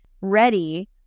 ready